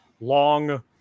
long